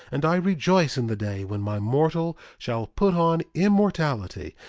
and i rejoice in the day when my mortal shall put on immortality,